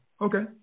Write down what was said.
Okay